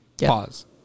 Pause